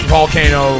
Volcano